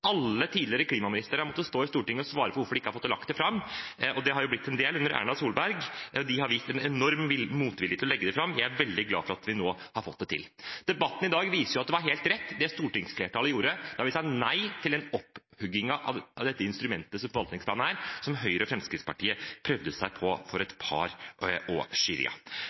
Alle tidligere klimaministre har måttet stå i Stortinget og svare for hvorfor de ikke har fått lagt det fram – og det er jo blitt en del av dem under Erna Solberg. De har vist en enorm motvilje mot å legge det fram. Jeg er veldig glad for at vi nå har fått det til. Debatten i dag viser at det var helt rett det stortingsflertallet gjorde da vi sa nei til opphuggingen av det instrumentet som forvaltningsplanene er, slik Høyre og Fremskrittspartiet prøvde seg på for